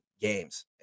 games